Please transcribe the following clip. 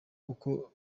uko